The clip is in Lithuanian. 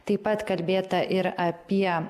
taip pat kalbėta ir apie